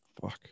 Fuck